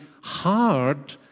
hard